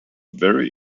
very